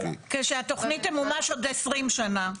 כשהתוכנית תמומש עוד 20 שנה.